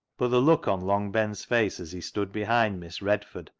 but the look on long ben's face as he stood behind miss redford,